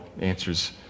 answers